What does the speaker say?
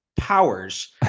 powers